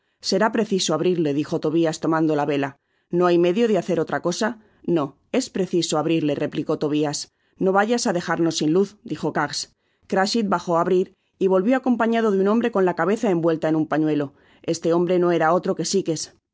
será preciso abrirle dijo tobias tomando la vela no hay medio de hacer otra cosa no es preciso abrirle replicó tobias no vayas á dejarnos sin luz dijo kags crachit bajo á abrir y volvió acompañado de un hombre con la cabeza envuelta en un pañuelo este hombre no era otro que sikes